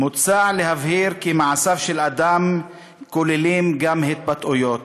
"מוצע להבהיר כי 'מעשיו של אדם' כוללים גם התבטאויות,